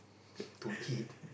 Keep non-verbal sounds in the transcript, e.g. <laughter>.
<laughs> to eat